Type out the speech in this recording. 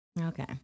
Okay